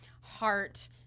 heart